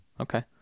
Okay